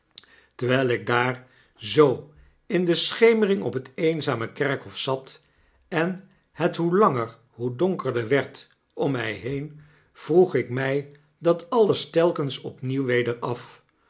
terwyl ik daar zoo in de schemering op het eenzame kerkhof zat en het hoe langer hoe donkerder werd om my heen vroeg ik mij dat alles telkens opnieuw weder af